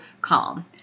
calm